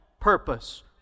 purpose